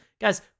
guys